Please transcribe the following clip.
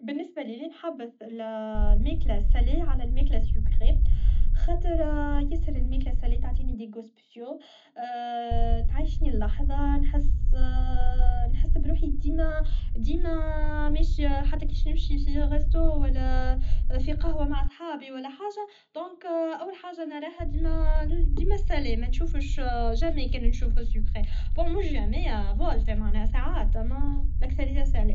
بالنسبة لي نحبذ الماكلة الساليه على الماكله السيكخي خاطر ياسر الماكلة الساليه تعطيني دي جو سبيسيو تعيشني اللحظة نحس نحس بروحي ديما ديما ماشية حتى كيف تمشي في غيسطو ولا في قهوة مع صحابي ولا حاجة دونك اول حاجة نراها ديما ديما الساليه منشوفش جامي كان نشوف السيكخي بون مش جامي اه بون معناه ساعات الاكثرية ساليه